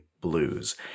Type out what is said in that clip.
Blues